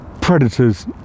predators